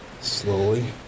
slowly